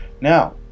now